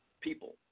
people